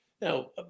Now